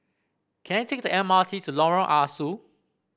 can I take the M R T to Lorong Ah Soo